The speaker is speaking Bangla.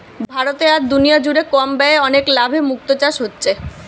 ভারতে আর দুনিয়া জুড়ে কম ব্যয়ে অনেক লাভে মুক্তো চাষ হচ্ছে